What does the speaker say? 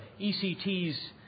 ECT's